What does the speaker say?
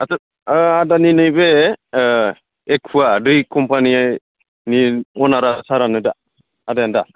आस्सा आदानि नैबे एकुवा दै कम्पानिनि अनारा सारानो दा आदायानो दा